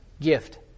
gift